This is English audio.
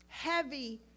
heavy